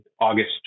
August